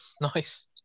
nice